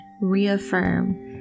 reaffirm